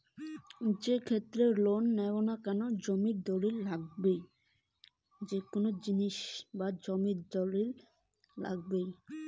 শিক্ষাক্ষেত্রে লোন তুলির গেলে কি কিছু বন্ধক রাখিবার লাগে?